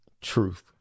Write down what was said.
truth